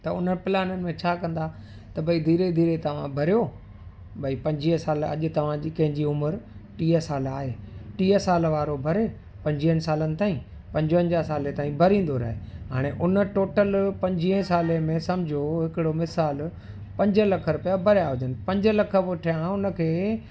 त उन प्लाननि में छा कंदा त भई धीरे धीरे तव्हां भरियो भई पंजवीह साल अॼ तव्हांजी कंहिंजी उमिरि टीह साल आहे टीह साल वारो भरे पंजवीहनि सालनि ताईं पंजवंजाह साले ताईं भरींदो रहे हाणे उन टोटल पंजवीहे साले में सम्झो हिकिड़ो मिसाल पंज लख रुपया भरियां हुजनि पंज लख पुठियां उन खे